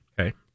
Okay